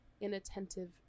inattentive